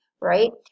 right